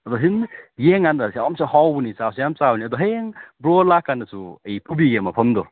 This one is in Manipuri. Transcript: ꯌꯦꯡꯉ ꯀꯥꯟꯗ ꯌꯥꯝꯁꯨ ꯍꯥꯎꯕꯅꯤ ꯆꯥꯎꯁꯨ ꯌꯥꯝ ꯆꯥꯎꯕꯅꯤ ꯑꯗꯣ ꯍꯌꯦꯡ ꯕ꯭ꯔꯣ ꯂꯥꯛꯑꯀꯥꯟꯗꯁꯨ ꯑꯩ ꯄꯨꯕꯤꯒꯦ ꯃꯐꯝꯗꯣ